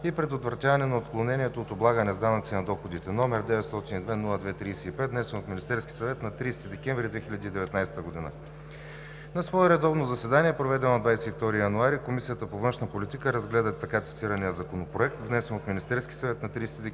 и предотвратяване на отклонението от облагане с данъци на доходите, № 902-02-35, внесен от Министерския съвет на 30 декември 2019 г. На свое редовно заседание, проведено на 22 януари 2020 г., Комисията по външна политика разгледа така цитирания законопроект, внесен от Министерския съвет на 30 декември 2019 г.